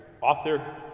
author